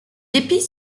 épis